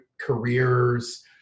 careers